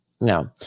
no